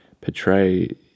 portray